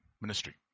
ministry